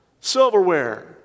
Silverware